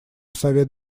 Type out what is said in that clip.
совет